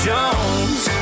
Jones